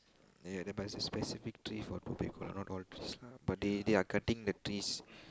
ya but there is a specific tree for tobacco lah not all trees lah but they they are cutting the trees